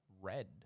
red